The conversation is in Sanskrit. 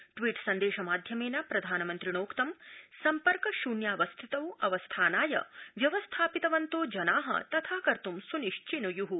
ट्वीट् सन्देश माध्यमेन प्रधानमन्त्रिणोक्तं सम्पर्क शृन्यावस्थितौ अवस्थानाय व्यवस्थापितवन्तो जना तथाकत् स्निश्चिन्यः